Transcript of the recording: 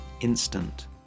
instant